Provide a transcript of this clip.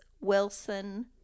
Wilson